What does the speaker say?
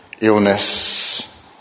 illness